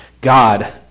God